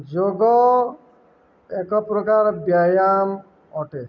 ଯୋଗ ଏକ ପ୍ରକାର ବ୍ୟାୟାମ ଅଟେ